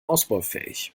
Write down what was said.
ausbaufähig